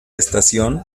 estación